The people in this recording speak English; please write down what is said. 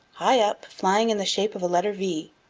high up, flying in the shape of a letter v,